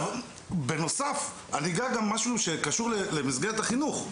בנוסף, אני אגע גם במשהו שקשור למסגרת החינוך.